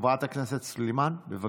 חברת הכנסת סלימאן, בבקשה.